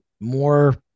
more